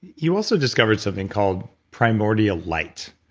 you also discovered something called primordial light.